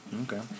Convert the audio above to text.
Okay